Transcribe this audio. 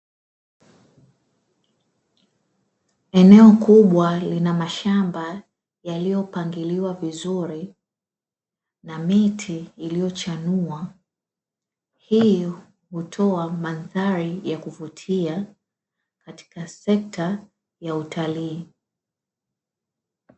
Eneo kubwa lina mashamba yaliyopangiliwa vizuri na miti iliyochanua, hii hutoa mandhari ya kuvutia katika sekta ya utalii.